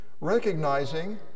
recognizing